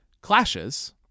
clashes